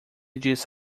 disse